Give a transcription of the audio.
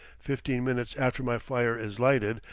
fifteen minutes after my fire is lighted,